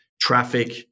traffic